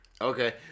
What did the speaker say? Okay